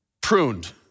pruned